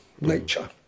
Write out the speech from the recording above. nature